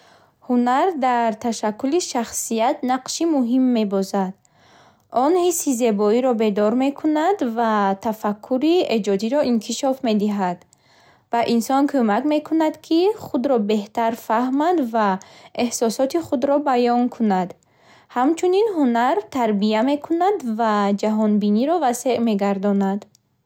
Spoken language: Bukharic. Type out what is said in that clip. Ҳунар дар ташаккули шахсият нақши муҳим мебозад. Он ҳисси зебоиро бедор мекунад ва тафаккури эҷодиро инкишоф медиҳад. Ба инсон кӯмак мекунад, ки худро беҳтар фаҳмад ва эҳсосоти худро баён кунад. Ҳамчунин, ҳунар тарбия мекунад ва ҷаҳонбиниро васеъ мегардонад.